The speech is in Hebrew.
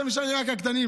עכשיו נשארו לי רק הקטנים.